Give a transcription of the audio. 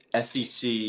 SEC